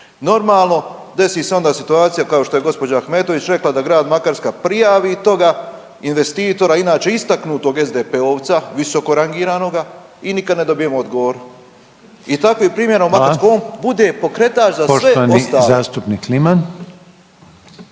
Normalno desi se onda situacija kao što je gospođa Ahmetović rekla da Grad Makarska prijavi toga investitora, inače istaknutog SDP-ovca, visoko rangiranoga i nikada ne dobijemo odgovor. I takvim primjerom Makarska, on bude pokretač za sve ostalo.